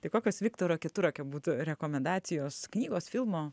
tai kokios viktoro keturakio būtų rekomendacijos knygos filmo